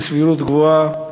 בסבירות גבוהה,